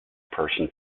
person